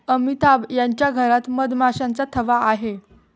अमिताभ यांच्या घरात मधमाशांचा थवा आहे